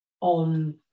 on